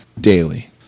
daily